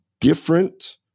different